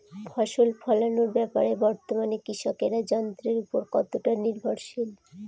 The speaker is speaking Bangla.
ফসল ফলানোর ব্যাপারে বর্তমানে কৃষকরা যন্ত্রের উপর কতটা নির্ভরশীল?